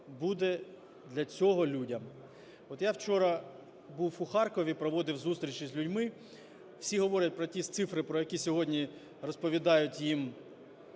буде для цього людям. От я вчора був у Харкові, проводив зустріч із людьми. Всі говорять про ті цифри, про які сьогодні розповідають їм